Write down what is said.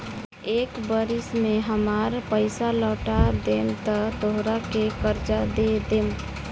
एक बरिस में हामार पइसा लौटा देबऽ त तोहरा के कर्जा दे देम